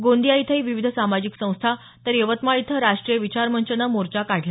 गोंदिया इथंही विविध सामाजिक संस्था तर यवतमाळ इथं राष्ट्रीय विचारमंचने मोर्चा काढला